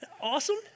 Awesome